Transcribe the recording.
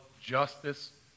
justice